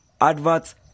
adverts